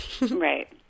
Right